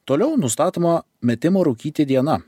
toliau nustatoma metimo rūkyti diena